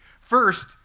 First